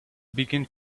begin